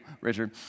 Richard